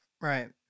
Right